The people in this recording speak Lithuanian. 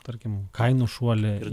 tarkim kainos šuolį ir